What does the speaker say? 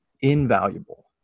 invaluable